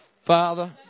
Father